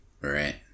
Right